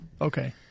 Okay